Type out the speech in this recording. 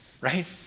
right